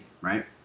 right